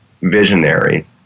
visionary